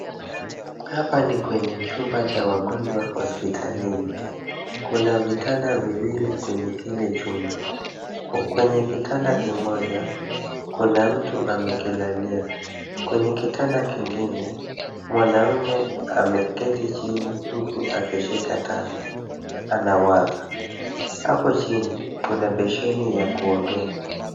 Hapa ni kwenye chumba cha wagonjwa hospitalini . Kuna vitanda viwili kwenye kile chumba. Kwenye kitanda kimoja, kuna mtu amekilalia kwenye kitanda kingine mwanaume ameketi chini huku akishika tama, anawaza hapo chini kuna besheni ya kuogea.